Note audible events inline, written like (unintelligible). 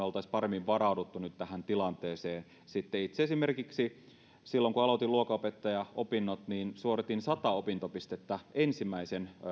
(unintelligible) olisimme paremmin varautuneita nyt tähän tilanteeseen itse esimerkiksi silloin kun aloitin luokanopettajaopinnot suoritin sata opintopistettä ensimmäisen